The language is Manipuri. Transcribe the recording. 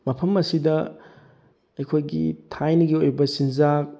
ꯃꯐꯝ ꯑꯁꯤꯗ ꯑꯩꯈꯣꯏꯒꯤ ꯊꯥꯏꯅꯒꯤ ꯑꯣꯏꯕ ꯆꯤꯟꯖꯥꯛ